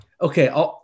okay